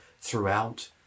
throughout